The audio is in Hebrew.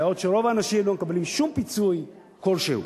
ואילו רוב האנשים לא מקבלים שום פיצוי כלשהו.